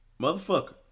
Motherfucker